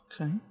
okay